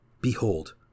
Behold